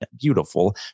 beautiful